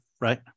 right